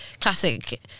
classic